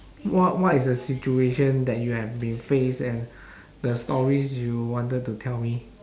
what what is the situation that you have been face and the stories you wanted to tell me